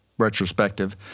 retrospective